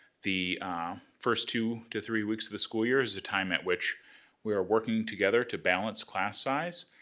the first two to three weeks of the school year is a time at which we are working together to balance class size.